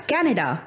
Canada